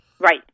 Right